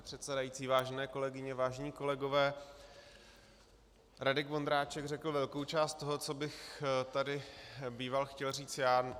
Pane předsedající, vážené kolegyně, vážení kolegové, Radek Vondráček řekl velkou část toho, co bych býval chtěl říct já.